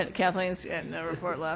and kathleen's and and that report